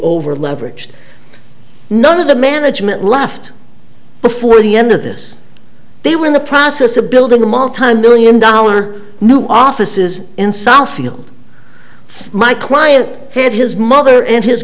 over leveraged none of the management left before the end of this they were in the process of building a multimillion dollar new offices in southfield my quiet head his mother and his